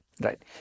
Right